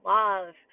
love